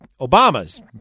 Obama's